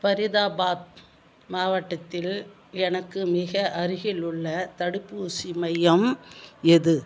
ஃபரிதாபாத் மாவட்டத்தில் எனக்கு மிக அருகிலுள்ள தடுப்பூசி மையம் எது